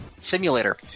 Simulator